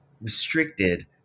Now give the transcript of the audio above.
restricted